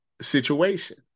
situation